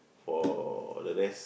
for the rest